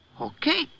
Okay